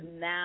now